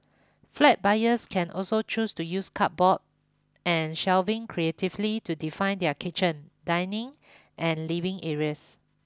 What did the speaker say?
flat buyers can also choose to use cupboards and shelving creatively to define their kitchen dining and living areas